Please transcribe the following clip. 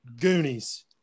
Goonies